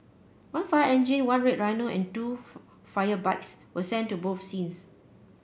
one fire engine one red rhino and two fire bikes were sent to both scenes